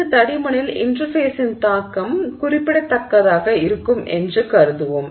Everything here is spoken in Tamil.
இந்த தடிமனில் இன்டெர்ஃபேஸின் தாக்கம் குறிப்பிடத்தக்கதாக இருக்கும் என்று கருதுவோம்